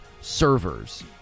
servers